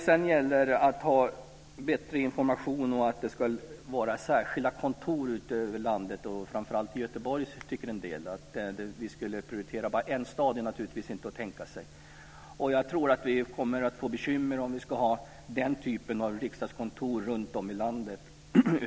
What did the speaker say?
Så till frågan om bättre information och särskilda kontor runtom i landet - särskilt i Göteborg, tycker en del. Att vi skulle prioritera bara en stad är naturligtvis otänkbart. Jag tror att vi skulle få bekymmer om vi hade den typen av riksdagskontor runtom i landet.